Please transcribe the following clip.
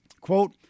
quote